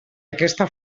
aquesta